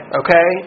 okay